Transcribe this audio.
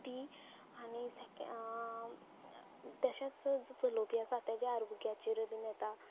ती आनी तशेंच चलोवपी आसा ताज्या आरोग्याचेर बीन येता